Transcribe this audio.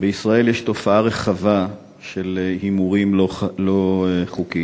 בישראל יש תופעה רחבה של הימורים לא חוקיים.